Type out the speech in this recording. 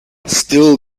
still